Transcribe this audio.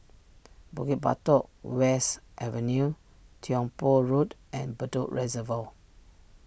Bukit Batok West Avenue Tiong Poh Road and Bedok Reservoir